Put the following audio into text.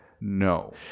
no